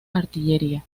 artillería